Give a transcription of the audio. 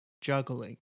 juggling